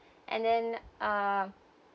and then uh